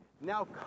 now